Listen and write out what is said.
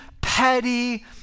petty